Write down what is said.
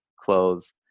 close